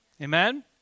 Amen